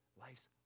Life's